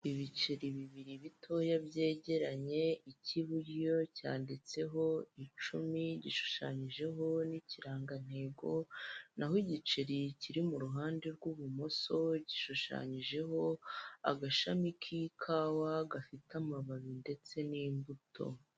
Ibiceri bibiri bitoya byegeranye ik'iburyo cyanditseho icumi gishushanyijeho n'ikirangantego naho igiceri kiri mu ruhande rw'ibumoso gishushanyijeho agashami k'ikawa gafite amababi ndetse n'imbuto.